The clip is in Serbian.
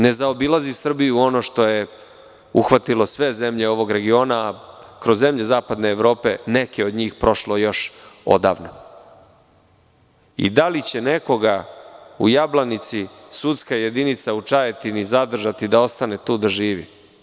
Ne zaobilazi Srbiju ono što je uhvatilo sve zemlje ovog regiona, a kroz zemlje zapadne Evrope neke od njih prošlo još odavno i da li će nekoga u Jablanici sudska jedinica u Čajetini zadržati da ostane tu da živi?